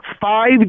five